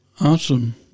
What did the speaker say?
Awesome